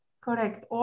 correct